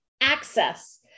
access